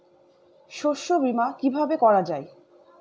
শস্য বীমা কিভাবে করা যায়?